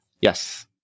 Yes